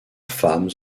femmes